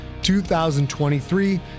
2023